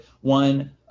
one